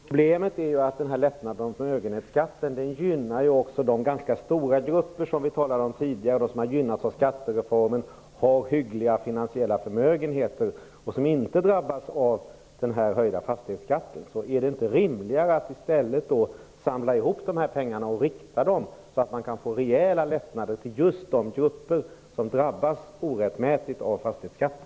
Herr talman! Problemet är att lättnaden vad gäller förmögenhetsskatten också gynnar de ganska stora grupper som vi talade om tidigare, nämligen de som har gynnats av skattereformen, har hyggliga finansiella förmögenheter och som inte drabbas av den höjda fastighetsskatten. Är det inte rimligare att man i stället samlar ihop dessa pengar och riktar dem så att det kan bli rejäla lättnader för just de grupper som drabbas orättmätigt av fastighetsskatten?